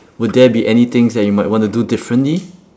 would there be any things that you might wanna do differently